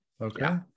Okay